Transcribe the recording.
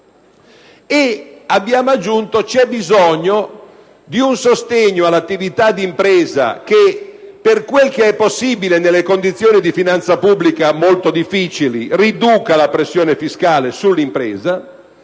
E abbiamo aggiunto che c'è anche bisogno di un sostegno all'attività d'impresa che - per quel che è possibile, nelle attuali condizioni di finanza pubblica molto difficili - riduca la pressione fiscale su tale